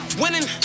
winning